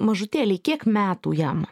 mažutėliai kiek metų jam